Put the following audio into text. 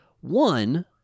One